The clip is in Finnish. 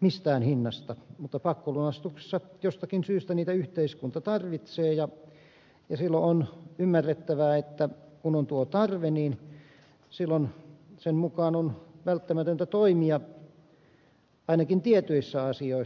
mistään hinnasta mutta pakkolunastuksessa jostakin syystä niitä yhteiskunta tarvitsee ja silloin on ymmärrettävää että kun on tuo tarve niin silloin sen mukaan on välttämätöntä toimia ainakin tietyissä asioissa